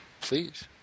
Please